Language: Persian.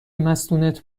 مستونت